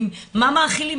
מה מאכילים,